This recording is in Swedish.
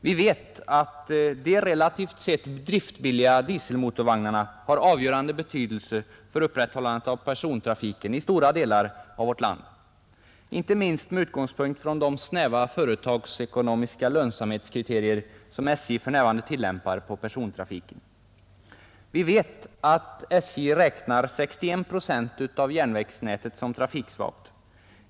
Vi vet att de relativt sett driftbilliga dieselmotorvagnarna har avgörande betydelse för upprätthållandet av persontrafiken i stora delar av vårt land, inte minst med utgångspunkt från de snäva företagsekonomiska lönsamhetskriterier som SJ för närvarande tillämpar på persontrafiken. Vi vet att SJ räknar 61 procent av järnvägsnätet som trafiksvagt.